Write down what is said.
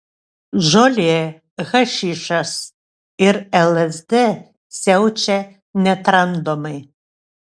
žolė hašišas ir lsd siaučia netramdomai